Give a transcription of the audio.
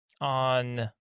on